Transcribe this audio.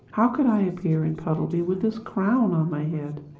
how could i appear in puddleby with this crown on my head?